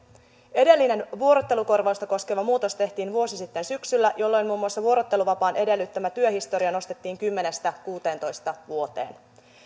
edellinen vuorottelukorvausta koskeva muutos tehtiin vuosi sitten syksyllä jolloin muun muassa vuorotteluvapaan edellyttämä työhistoria nostettiin kymmenestä kuuteentoista vuoteen